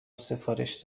سفارش